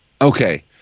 Okay